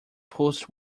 post